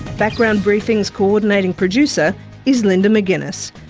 background briefing's co-ordinating producer is linda mcginness,